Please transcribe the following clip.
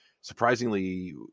surprisingly